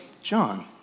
John